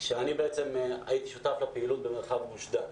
ואני הייתי שותף לפעילות במרחב גוש דן.